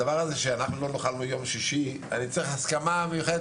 לגבי לימודים ביום שישי אני צריך הסכמה מיוחדת